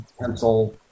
pencil